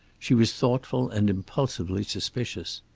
she was thoughtful and impulsively suspicious.